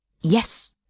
yes